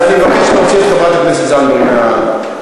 אז אני מבקש להוציא את חברת הכנסת זנדברג מהמליאה.